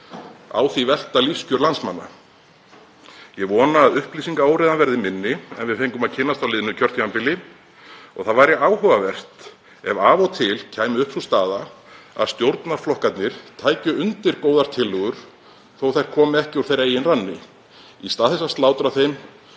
Á því velta lífskjör landsmanna. Ég vona að upplýsingaóreiðan verði minni en við fengum að kynnast á liðnu kjörtímabili. Áhugavert væri ef af og til kæmi upp sú staða að stjórnarflokkarnir tækju undir góðar tillögur þó að þær komi ekki úr þeirra eigin ranni í stað þess að slátra þeim